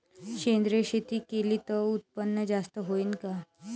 सेंद्रिय शेती केली त उत्पन्न जास्त होईन का?